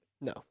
No